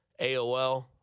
AOL